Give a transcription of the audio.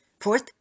Fourth